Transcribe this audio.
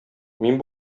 мин